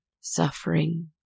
suffering